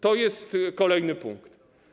To jest kolejny punkt.